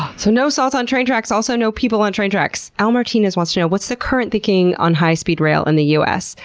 so no salt on train tracks. also no people on train tracks. al martinez wants to know what's the current thinking on high-speed rail in the us?